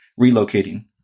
relocating